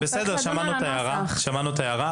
בסדר, שמענו את ההערה.